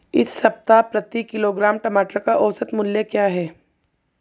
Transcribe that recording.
इस सप्ताह प्रति किलोग्राम टमाटर का औसत मूल्य क्या है?